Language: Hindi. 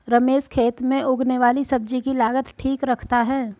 रमेश खेत में उगने वाली सब्जी की लागत ठीक रखता है